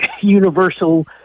universal